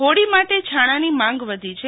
હોળી માટે છાણાંની માંગ વધી છે